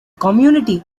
community